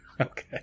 Okay